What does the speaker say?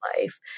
life